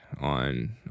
on